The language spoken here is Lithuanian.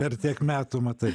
per tiek metų matai